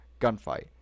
gunfight